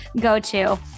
go-to